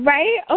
Right